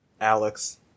Alex